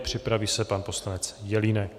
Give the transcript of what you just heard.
Připraví se pan poslanec Jelínek.